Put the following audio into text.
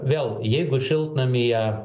vėl jeigu šiltnamyje